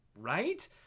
right